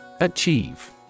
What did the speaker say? Achieve